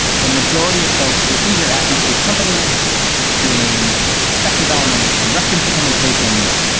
the majority of folks were either at these big companies doing spec development and reference implementations.